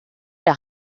der